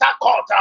court